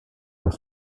was